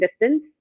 distance